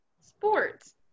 sports